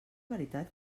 veritat